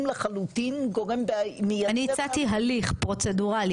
לחלוטין גורם -- אני הצעתי הליך פרוצדורלי,